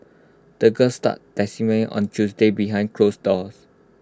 the girl started on Tuesday behind close doors